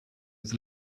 his